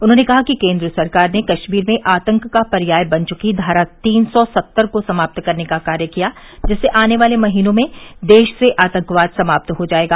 उन्होंने कहा कि केन्द्र सरकार ने कश्मीर में आतंक का पर्याय बन चुकी धारा तीन सौ सत्तर को समाप्त करने का कार्य किया जिससे आने वाले महीनों में देश से आतंकवाद समाप्त हो जायेगा